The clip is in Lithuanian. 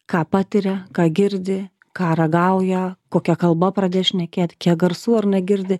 ką patiria ką girdi ką ragauja kokia kalba pradėjo šnekėti kiek garsų ar ne girdi